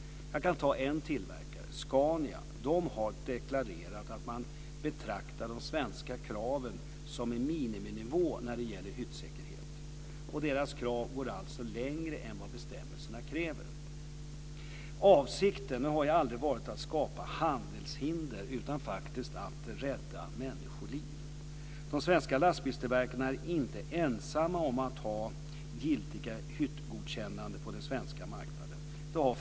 Jag kan ta en tillverkare, Scania. Scania har deklarerat att man betraktar de svenska kraven som en miniminivå när det gäller hyttsäkerhet. Scanias krav går alltså längre än bestämmelserna kräver. Avsikten har aldrig varit att skapa handelshinder utan att rädda människoliv. De svenska lastbilstillverkarna är inte ensamma om att ha giltiga hyttgodkännanden på den svenska marknaden.